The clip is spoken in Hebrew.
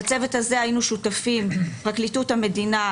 בצוות הזה היינו שותפים פרקליטות המדינה,